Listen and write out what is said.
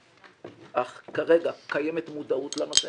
אך כרגע קיימת מודעות לנושא.